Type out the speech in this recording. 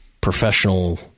professional